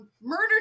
murdered